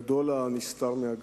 גדול הנסתר על הגלוי.